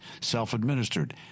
self-administered